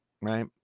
right